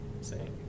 say